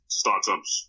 startups